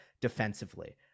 defensively